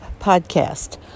podcast